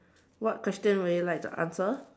what question would you like to answer